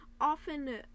often